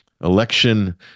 election